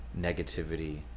negativity